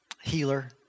healer